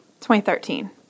2013